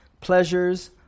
pleasures